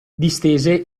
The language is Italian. distese